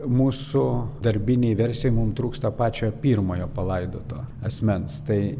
mūsų darbinėj versijoj mum trūksta pačio pirmojo palaidoto asmens tai